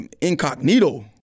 Incognito